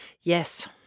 Yes